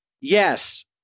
Yes